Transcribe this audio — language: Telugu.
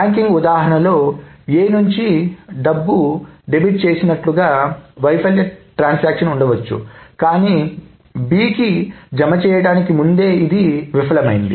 బ్యాంకింగ్ ఉదాహరణలో A నుండి డబ్బు డెబిట్ చేసినట్లుగా వైఫల్య ట్రాన్సాక్షన్ ఉండవచ్చు కానీ B కి జమ చేయబడటానికి ముందే ఇది విఫలమైంది